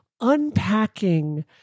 Unpacking